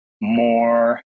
more